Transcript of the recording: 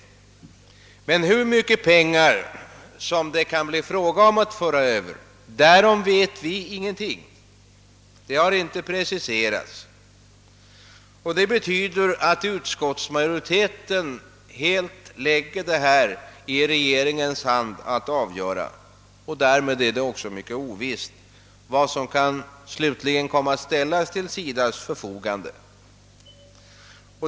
Hur mycket pengar det kan bli fråga om att föra över vet vi emellertid ingenting om. Det har inte preciserats. Det betyder att utskottsmajoriteten helt lägger i regeringens hand att avgöra detta, och därmed är det mycket ovisst vad som slutligen kan komma att ställas till SIDA:s förfogande.